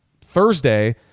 Thursday